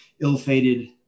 ill-fated